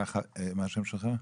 מה השם שלך?